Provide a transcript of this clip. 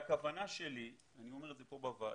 הכוונה שלי, ואני אומר את זה כאן בוועדה,